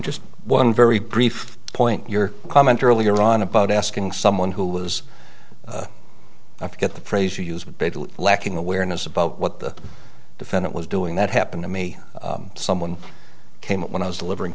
just one very brief point your comment earlier on about asking someone who was i forget the phrase you used a bit lacking awareness about what the defendant was doing that happened to me someone came up when i was delivering